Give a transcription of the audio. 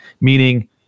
Meaning